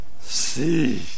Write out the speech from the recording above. See